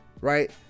right